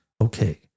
Okay